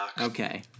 Okay